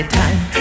time